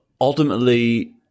ultimately